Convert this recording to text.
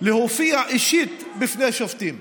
להופיע אישית בפני שופטים.